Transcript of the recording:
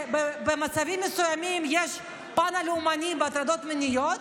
ובמצבים מסוימים יש פן לאומני בהטרדות מיניות,